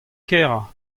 kerañ